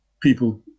people